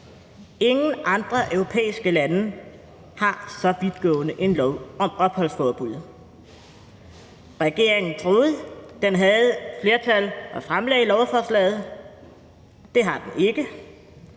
Ingen andre europæiske lande har så vidtgående en lov om opholdsforbud. Regeringen troede, den havde et flertal, og fremsatte lovforslaget, men det har den ikke.